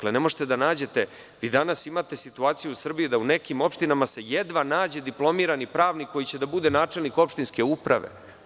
Vi danas imate situaciju u Srbiji da u nekim opštinama se jedva nađe diplomirani pravnik koji će da bude načelnik opštinske uprave.